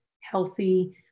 healthy